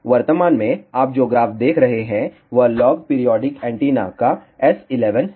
वर्तमान में आप जो ग्राफ पर देख रहे हैं वह लॉग पीरियोडिक एंटीना का S11 है